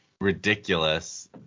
ridiculous